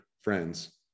friends